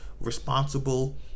responsible